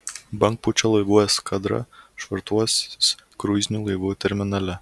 bangpūčio laivų eskadra švartuosis kruizinių laivų terminale